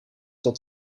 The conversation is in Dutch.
tot